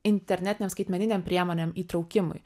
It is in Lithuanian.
internetinėm skaitmeninėm priemonėm įtraukimui